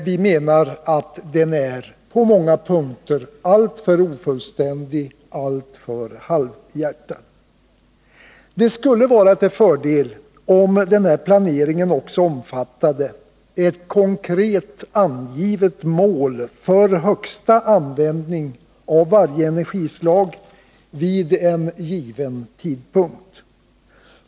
Vi menar att den på många punkter är alltför ofullständig, alltför halvhjärtad. Det skulle vara till fördel om denna planering också omfattade ett konkret angivet mål för högsta användning av varje energislag vid en given tidpunkt.